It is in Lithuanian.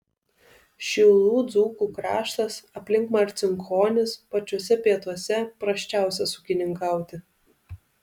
šilų dzūkų kraštas aplink marcinkonis pačiuose pietuose prasčiausias ūkininkauti